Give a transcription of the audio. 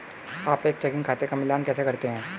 आप एक चेकिंग खाते का मिलान कैसे करते हैं?